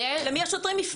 למי השוטרים יפנו?